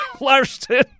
Larson